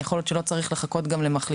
יכול להיות שלא צריך לחכות גם למחליפך.